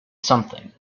something